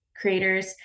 Creators